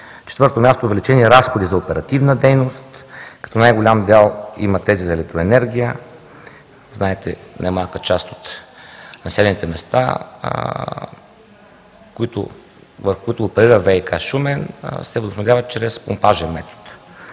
четвърто място, увеличени разходи за оперативна дейност, като най-голям дял имат тези за електроенергия – знаете една не малка част от населените места, в които оперира ВиК – Шумен се възстановяват чрез помпене метод.